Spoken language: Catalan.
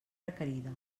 requerida